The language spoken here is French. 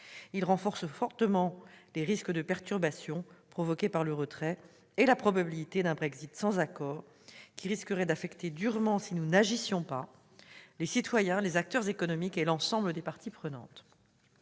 Il aggrave fortement les risques de perturbations résultant du retrait et la probabilité d'un Brexit sans accord, qui risquerait d'affecter durement, si nous n'agissions pas, les citoyens, les acteurs économiques et l'ensemble des parties prenantes.